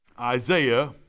Isaiah